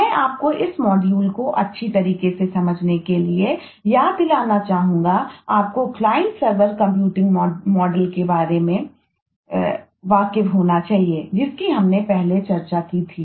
मैं आपको इस मॉड्यूल के बारे में अच्छे तरीके से वाकिफ होना चाहिएजिसकी हमने पहले चर्चा की थी